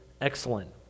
excellent